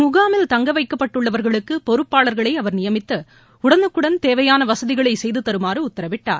முகாமில் தங்கவைப்பட்டுள்ளவர்களுக்கு பொறுப்பாளர்களை அவர் நியமித்து உடனுக்குடன் தேவையான வசதிகளை செய்து தருமாறு உத்தரவிட்டார்